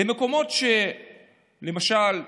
למקומות שלמשל,